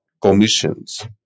commissions